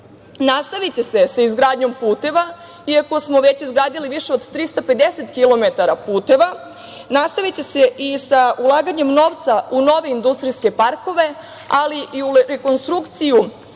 BDP.Nastaviće se sa izgradnjom puteva, iako smo već izgradili 350km puteva, nastaviće se i sa ulaganjem novca u nove industrijske parkove, ali i rekonstrukciju